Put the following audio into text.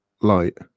light